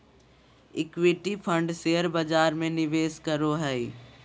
equity fund share बजार में निवेश करो हइ